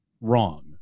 wrong